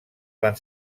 van